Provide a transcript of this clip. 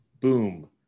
boom